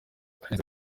ahenze